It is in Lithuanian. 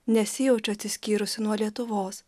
nesijaučiau atsiskyrusi nuo lietuvos